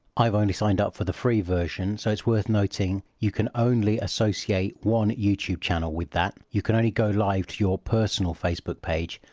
i've only signed up for the free version, so it's worth noting, you can only associate one youtube channel with that. you can only go live to your personal facebook page,